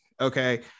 okay